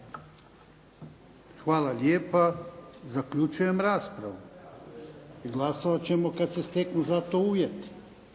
Hvala lijepa. Zaključujem raspravu. Glasovat ćemo kad se steknu za to uvjeti.